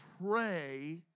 pray